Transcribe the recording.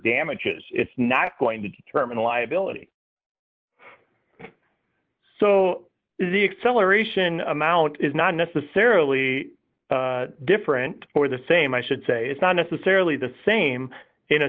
damages it's not going to determine the liability so the acceleration amount is not necessarily different or the same i should say it's not necessarily the same in